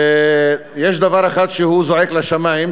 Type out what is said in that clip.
יש דבר אחד שזועק לשמים,